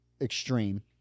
extreme